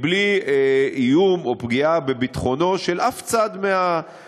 בלי איום או פגיעה בביטחונו של שום צד מהצדדים,